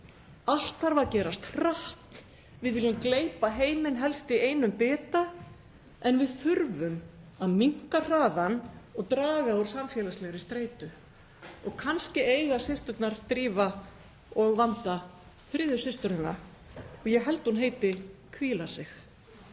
Allt þarf að gerast hratt og við viljum gleypa heiminn, helst í einum bita. En við þurfum að minnka hraðann og draga úr samfélagslegri streitu. Kannski eiga systurnar Drífa og Vanda þriðju systurina og ég held að hún heiti Hvíla Sig.